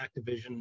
activision